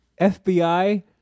fbi